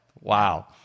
Wow